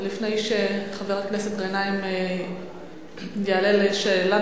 ולפני שחבר הכנסת גנאים יעלה לשאלה